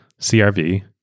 CRV